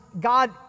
God